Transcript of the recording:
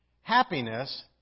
Happiness